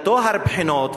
לטוהר הבחינות,